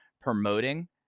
promoting